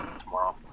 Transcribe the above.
tomorrow